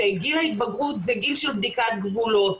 שגיל ההתבגרות זה גיל של בדיקת גבולות,